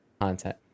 content